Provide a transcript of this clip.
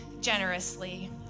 generously